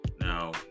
Now